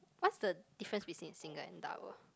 what's the difference between single and double